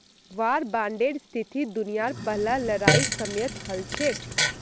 वार बांडेर स्थिति दुनियार पहला लड़ाईर समयेत हल छेक